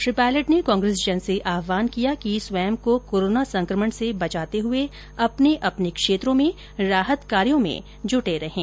श्री पायलट ने कांग्रेसजन से आहवान किया कि स्वयं को कोरोना संकमण से बचाते हए अपने अपने क्षेत्रों में राहत कार्यों में जूटे रहें